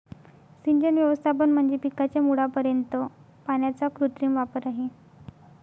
सिंचन व्यवस्थापन म्हणजे पिकाच्या मुळापर्यंत पाण्याचा कृत्रिम वापर आहे